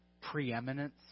preeminence